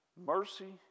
Mercy